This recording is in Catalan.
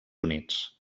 units